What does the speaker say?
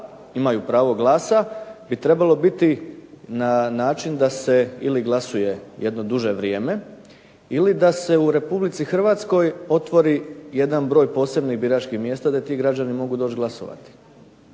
imaju pravo glasa, bi trebalo biti na način da se ili glasuje jedno duže vrijeme ili da se u RH otvori jedan broj posebnih biračkih mjesta da ti građani mogu doći glasovati.